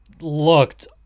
looked